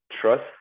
trust